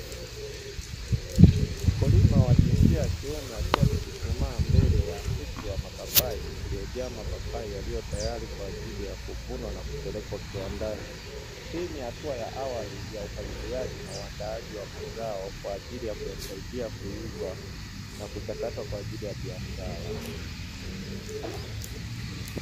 Mkulima wa jinsia ya kiume akiwa amechuchumaa mbele ya mti wa mapapai uliojaa mapapai yaliyo tayari kwa ajili ya kuvunwa na kupelekwa kiwandani. Hii ni hatua awali ya upangiliaji na uandaaji wa mazao kwa ajili ya kuyasaidia kuiva na kuchakatwa kwa ajili ya biashara.